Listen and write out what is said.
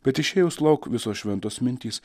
bet išėjus lauk visos šventos mintys